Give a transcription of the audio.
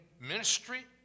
ministry